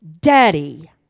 daddy